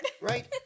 right